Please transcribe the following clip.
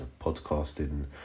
podcasting